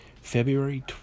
February